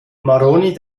maroni